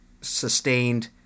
sustained